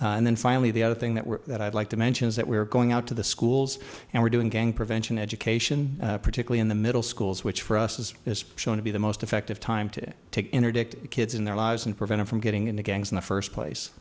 and then finally the other thing that we're that i'd like to mention is that we're going out to the schools and we're doing gang prevention education particularly in the middle schools which for us is as shown to be the most effective time to to interdict kids in their lives and prevent it from getting into gangs in the first place